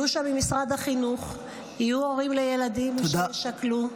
יהיו שם ממשרד החינוך, יהיו הורים לילדים ששכלו.